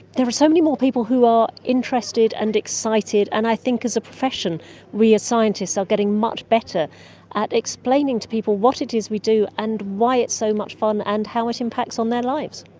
there are so many more people who are interested and excited. and i think as a profession we as scientists are so getting much better at explaining to people what it is we do and why it's so much fun and how it impacts on their lives.